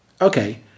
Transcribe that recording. Okay